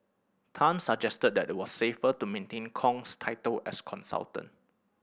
Tan suggested that it was safer to maintain Kong's title as consultant